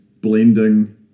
blending